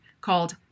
called